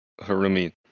Harumi